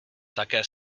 také